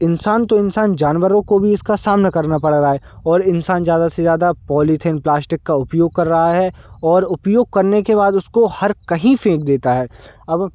इंसान तो इंसान जानवरो को भी इसका सामना करना पड़ रहा है और इंसान ज्यादा से ज्यादा पॉलिथीन प्लास्टिक का उपयोग कर रहा है और उपयोग करने के बाद उसको हर कहीं फेंक देता है अब